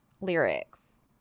lyrics